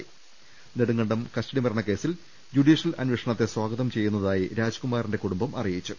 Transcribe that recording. രുമ്പ്പെട്ടിരു നെടുങ്കണ്ടം കസ്റ്റഡിമരണക്കേസിൽ ജുഡീഷ്യൽ അന്വേഷണത്തെ സ്വാ ഗതം ചെയ്യുന്നതായി രാജ്കുമാറിന്റെ കുടുംബം അറിയിച്ചു